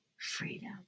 freedom